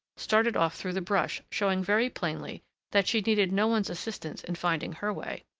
started off through the brush, showing very plainly that she needed no one's assistance in finding her way.